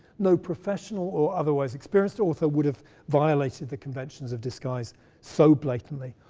no professional or otherwise experienced author would have violated the conventions of disguise so blatantly,